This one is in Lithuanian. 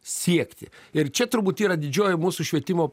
siekti ir čia turbūt yra didžioji mūsų švietimo